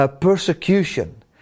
persecution